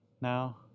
now